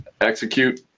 Execute